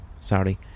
sorry